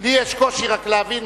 לי יש קושי רק להבין,